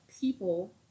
people